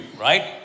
right